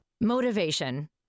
Motivation